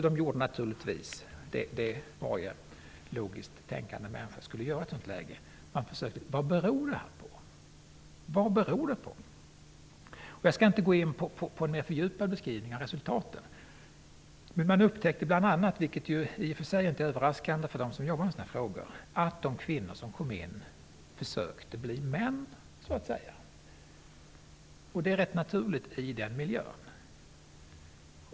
De gjorde naturligtvis vad varje logiskt tänkande människa skulle göra i ett sådant läge. De började undersöka vad det beror på. Jag skall inte gå in på någon fördjupad beskrivning av resultaten. Man upptäckte bl.a., vilket i och för sig inte är överraskande för dem som jobbar med sådana här frågor, att de kvinnor som kom in försökte ''bli'' män. Det är ganska naturligt i den miljön.